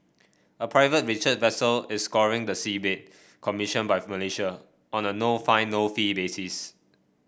a private research vessel is scouring the seabed commissioned by Malaysia on a no find no fee basis